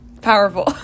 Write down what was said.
powerful